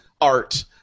art